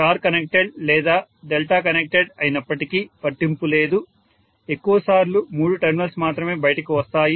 star connected లేక delta connected అయినప్పటికీ పట్టింపు లేదు ఎక్కువ సార్లు మూడు టెర్మినల్స్ మాత్రమే బయటికి వస్తాయి